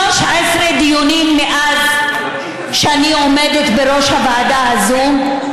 13 דיונים מאז שאני עומדת בראש הוועדה הזו,